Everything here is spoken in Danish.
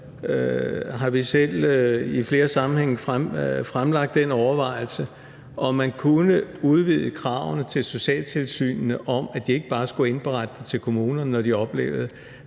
har vi selv i flere sammenhænge fremlagt den overvejelse, at man kunne udvide kravene til socialtilsynene, så de ikke bare skulle indberette det til kommunerne, når de oplevede,